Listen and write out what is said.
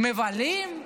מבלים,